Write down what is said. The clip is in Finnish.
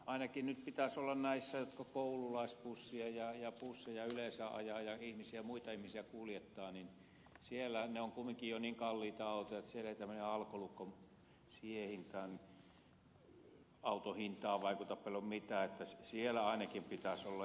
ainakin nyt pitäisi olla näillä jotka koululaisbusseja ja busseja yleensä ajavat ja muita ihmisiä kuljettavat niin ne ovat kumminkin jo niin kalliita autoja että siellä ei tämmöinen alkolukko siihen auton hintaan vaikuta paljon mitään että siellä ainakin pitäisi olla